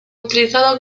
utilizado